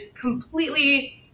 completely